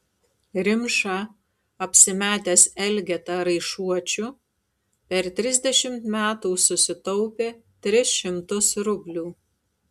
rimša apsimetęs elgeta raišuočiu per trisdešimt metų susitaupė tris šimtus rublių